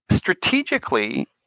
strategically